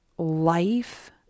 life